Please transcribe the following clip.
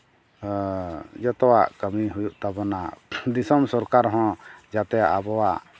ᱡᱚᱛᱚᱣᱟᱜ ᱠᱟᱹᱢᱤ ᱦᱩᱭᱩᱜ ᱛᱟᱵᱚᱱᱟ ᱫᱤᱥᱚᱢ ᱥᱚᱨᱠᱟᱨ ᱦᱚᱸ ᱡᱟᱛᱮ ᱟᱵᱚᱣᱟᱜ